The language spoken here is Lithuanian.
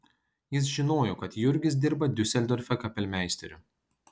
jis žinojo kad jurgis dirba diuseldorfe kapelmeisteriu